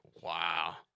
Wow